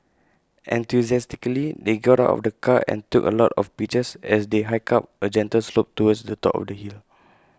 enthusiastically they got out of the car and took A lot of pictures as they hiked up A gentle slope towards the top of the hill